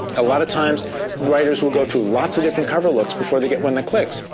a lot of times writers will go through lots of different cover looks before they get one that clicks.